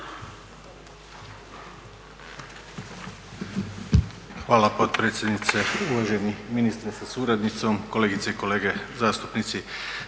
Hvala potpredsjednice, uvaženi ministre sa suradnicom, kolegice i kolege zastupnici.